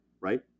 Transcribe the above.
right